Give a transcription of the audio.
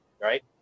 right